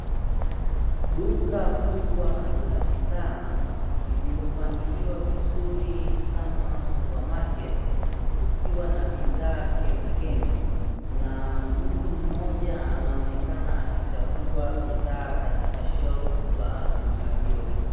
Duka kubwa la bidhaa lililo pangiliwa vizuri kama supamaketi, kukiwa na bidhaa kemkem, na mtu mmoja anaonekana akichagua bidhaa katika shelfu za duka hilo.